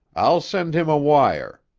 i'll send him a wire.